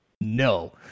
No